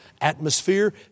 atmosphere